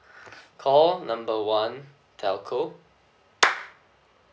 call number one telco